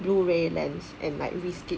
Blu-ray lens and like risk it